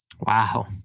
Wow